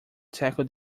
tackle